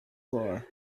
floor